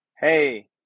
Hey